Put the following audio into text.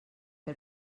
per